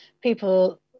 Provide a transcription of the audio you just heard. people